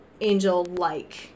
angel-like